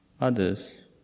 others